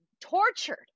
tortured